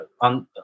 on